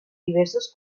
diversos